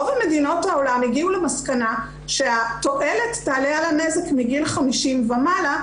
רוב מדינות העולם הגיעו למסקנה שהתועלת תעלה על הנזק מגיל 50 ומעלה,